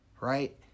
right